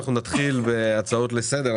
לפני שאנחנו נתחיל בהצעות לסדר,